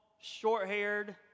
short-haired